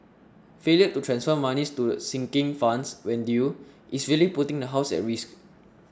failure to transfer monies to sinking funds when due is really putting the house at risk